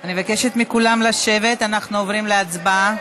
אני מבקשת מכולם לשבת, אנחנו עוברים להצבעה.